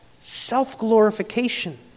self-glorification